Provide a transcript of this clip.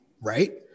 right